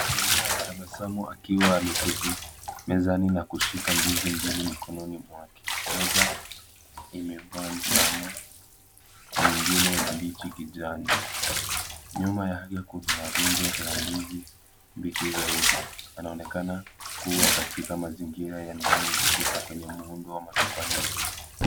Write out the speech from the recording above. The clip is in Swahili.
Mnaume anatabasamu kiwa ameketi mezani na kushika ndili mikononi mwake. Moja Imekua njano na nyingine mbichi kijani. Nyuma yake kuna rundo la ndizi mbichi zaidi, anaonekana kuwa katika mazingira ya ndani ya ukuta kwenye muundo wa matufali meupe.